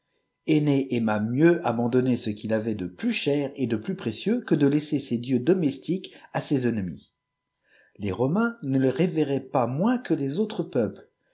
aima mieux abandonner ce qu ilevit de lus cher et déplus pricieux que de laisser ses dieux doiqefitiqiies i ses ennemis les romains ne les révajieqt pa mojinsque les autres peuples